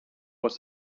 was